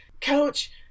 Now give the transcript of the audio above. coach